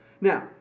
Now